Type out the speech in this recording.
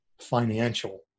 financial